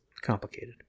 complicated